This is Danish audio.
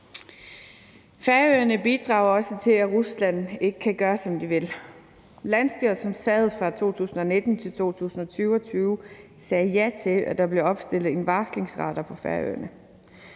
Færøerne bidrager også til, at Rusland ikke kan gøre, som de vil. Landsstyret, som sad fra 2019 til 2022, sagde ja til, at der blev opstillet en varslingsradar på Færøerne.